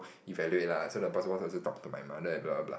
evaluate lah so the boss boss also talk to my mother and blah blah blah